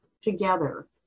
together